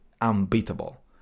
unbeatable